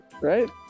right